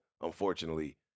unfortunately